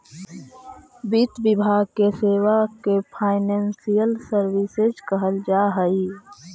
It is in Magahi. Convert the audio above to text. वित्त विभाग के सेवा के फाइनेंशियल सर्विसेज कहल जा हई